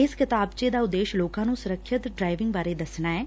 ਇਸ ਕਿਤਾਬਚੇ ਦਾ ਉਦੇਸ਼ ਲੋਕਾ ਨੂੰ ਸੁਰੱਖਿਅਤ ਡਰਾਇਵਿੰਗ ਬਾਰੇ ਦਸਣਾ ਐਂ